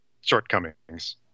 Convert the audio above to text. shortcomings